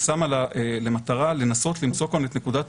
שמה לה למטרה לנסות למצוא כאן את נקודת